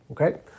okay